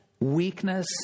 weakness